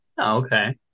okay